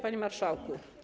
Panie Marszałku!